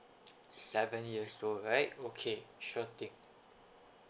seven years old right okay sure thing